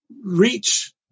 reach